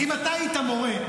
אם אתה היית מורה,